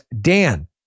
Dan